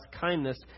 kindness